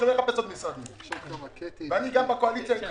5.7 או 5.6 - אולי אני פה קצת טועה.